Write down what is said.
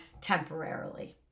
temporarily